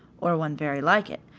or one very like it,